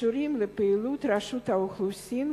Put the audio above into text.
הקשורים לפעילות רשות האוכלוסין,